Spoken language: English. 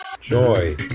joy